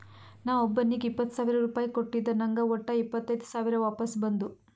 ನಾ ಒಬ್ಬೋನಿಗ್ ಇಪ್ಪತ್ ಸಾವಿರ ರುಪಾಯಿ ಕೊಟ್ಟಿದ ನಂಗ್ ವಟ್ಟ ಇಪ್ಪತೈದ್ ಸಾವಿರ ವಾಪಸ್ ಬಂದು